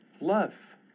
love